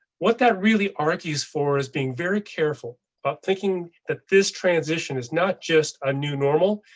what that really argues for is being very careful about thinking that this transition is not just a new normal,